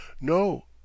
No